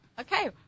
okay